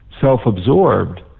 self-absorbed